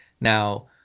now